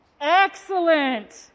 Excellent